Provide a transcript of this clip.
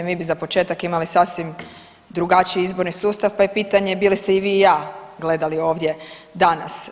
Mi bi za početak imali sasvim drugačiji izborni sustav pa je pitanje bi li se i vi i ja gledali ovdje danas.